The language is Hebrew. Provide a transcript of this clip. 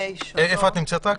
איפה את נמצאת?